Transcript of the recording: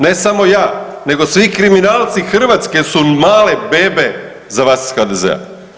Ne samo ja nego svi kriminalci Hrvatske su male bebe za vas iz HDZ-a.